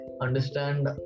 understand